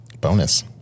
Bonus